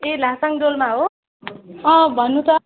ए लासाङ डोल्मा हो अँ भन्नु त